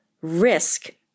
risk